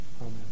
Amen